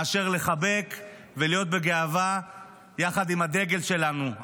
מאשר לחבק ולהיות בגאווה יחד עם הדגל שלנו,